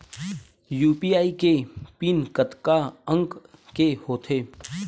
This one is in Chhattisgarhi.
यू.पी.आई के पिन कतका अंक के होथे?